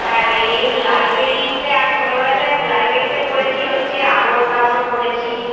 আর এ এই লাইব্রেরিতে আর ছোটবেলাতে লাইব্রেরিতে পড়েছি হচ্ছে আবোল তাবোল পড়েছি